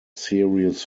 serious